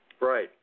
Right